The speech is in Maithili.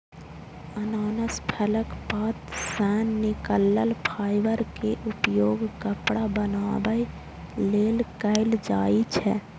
अनानास फलक पात सं निकलल फाइबर के उपयोग कपड़ा बनाबै लेल कैल जाइ छै